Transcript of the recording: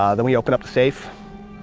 um then we open up the safe,